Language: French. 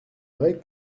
vrai